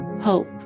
hope